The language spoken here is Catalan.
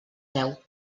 veu